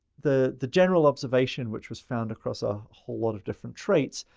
the, the general observation, which was found across a whole lot of different traits,